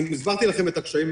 אני הסברתי לכם את הקשיים.